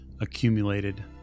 accumulated